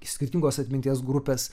skirtingos atminties grupės